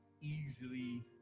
easily